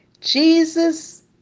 jesus